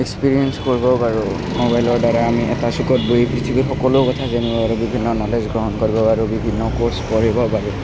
experience কৰিব পাৰোঁ মোবাইলৰদ্বাৰা আমি এটা চোকত বহি পৃথিৱীৰ সকলো কথা জানিব পাৰোঁ বিভিন্ন নলেজ গ্ৰহণ কৰিব পাৰোঁ বিভিন্ন কোৰ্চ পঢ়িব পাৰোঁ